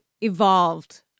evolved